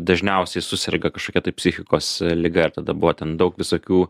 dažniausiai suserga kažkokia tai psichikos liga ir tada buvo ten daug visokių